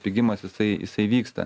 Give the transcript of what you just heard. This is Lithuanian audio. pigimas jisai jisai vyksta